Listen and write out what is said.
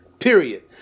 Period